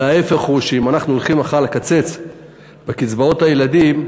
אלא ההפך: אם אנחנו הולכים מחר לקצץ בקצבאות הילדים,